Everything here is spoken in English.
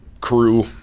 crew